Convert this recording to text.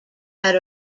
had